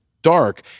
dark